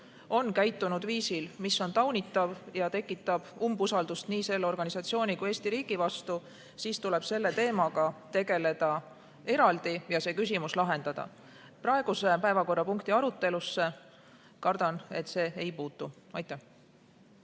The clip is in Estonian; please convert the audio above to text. on käitunud viisil, mis on taunitav ja tekitab umbusaldust nii selle organisatsiooni kui ka Eesti riigi vastu, siis tuleb selle teemaga tegeleda eraldi ja see küsimus lahendada. Praeguse päevakorrapunkti arutelusse, kardan, see ei puutu.